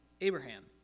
Abraham